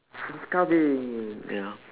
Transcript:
this ya know